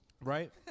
Right